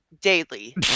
Daily